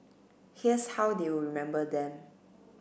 here's how they will remember them